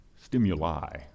stimuli